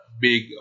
big